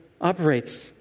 operates